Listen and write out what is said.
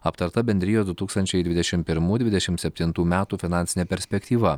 aptarta bendrijos du tūkstančiai dvidešimt pirmų dvidešimt septintų metų finansinė perspektyva